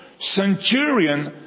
centurion